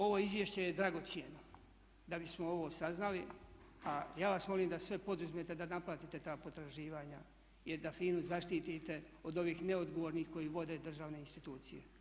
Ovo izvješće je dragocjeno da bismo ovo saznali, a ja vas molim da sve poduzmete da naplatite ta potraživanja jer da FINA-u zaštitite od ovih neodgovornih koji vode državne institucije.